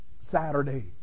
Saturday